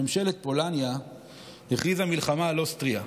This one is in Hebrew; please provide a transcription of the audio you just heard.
ממשלת פולניה הכריזה מלחמה על אוסטריה.